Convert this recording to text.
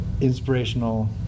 inspirational